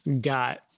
got